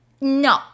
No